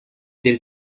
del